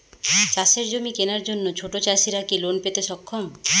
চাষের জমি কেনার জন্য ছোট চাষীরা কি লোন পেতে সক্ষম?